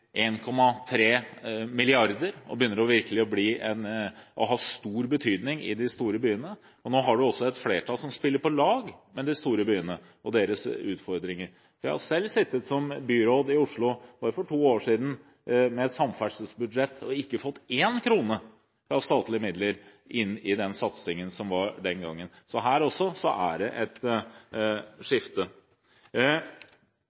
og som virkelig begynner å få stor betydning i de store byene, og nå har man også et flertall som spiller på lag med de store byene og deres utfordringer. Jeg har selv sittet som byråd i Oslo – bare for to år siden – med et samferdselsbudsjett og ikke fått én krone av statlige midler inn i den satsingen som var den gangen. Så også her er det et